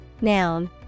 noun